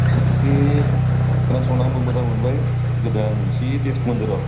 दाख्लि खोनासंना आंबो मोजां मोनबाय गोदान एसे देस मोन्दों र'